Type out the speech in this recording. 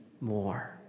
more